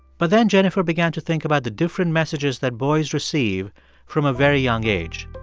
but then jennifer began to think about the different messages that boys receive from a very young age.